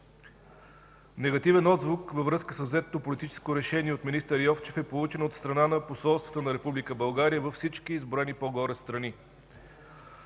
Негативен отзвук във връзка с взетото политическо решение от министър Йовчев е получен от страна на посолствата на Република България във всички изброени по-горе страни.